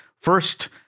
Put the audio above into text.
first